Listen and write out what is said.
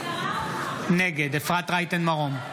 נגד אפרת רייטן מרום,